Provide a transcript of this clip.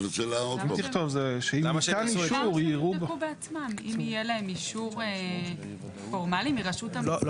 למה שהם יבדקו בעצמם אם יהיה בידם אישור פורמלי מרשות המיסים?